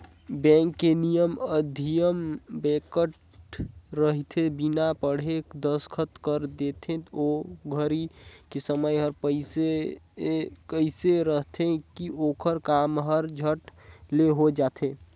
bank के नियम धियम बिकट रहिथे बिना पढ़े दस्खत कर देथे ओ घरी के समय हर एइसे रहथे की ओखर काम हर झट ले हो जाये